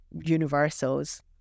universals